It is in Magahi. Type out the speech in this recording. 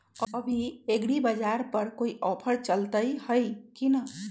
अभी एग्रीबाजार पर कोई ऑफर चलतई हई की न?